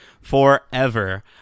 forever